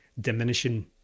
diminishing